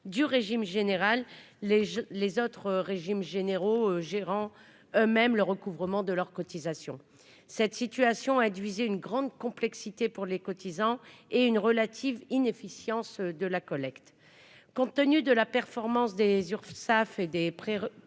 du régime général, les autres régimes généraux gérant eux-mêmes le recouvrement de leurs cotisations. Cette situation induisait une grande complexité pour les cotisants et une relative inefficience de la collecte. Compte tenu de la performance des Urssaf et des prérogatives